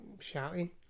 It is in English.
shouting